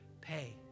pay